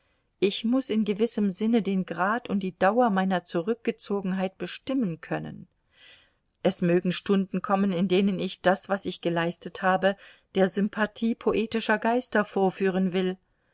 ich muß in gewissem sinne den grad und die dauer meiner zurückgezogenheit bestimmen können es mögen stunden kommen in denen ich das was ich geleistet habe der sympathie poetischer geister vorführen will